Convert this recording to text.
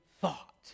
thought